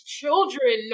children